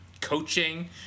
coaching